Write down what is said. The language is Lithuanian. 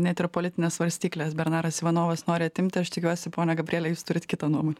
net ir politines svarstykles bernaras ivanovas nori atimti aš tikiuosi pone gabriele jūs turit kitą nuomonę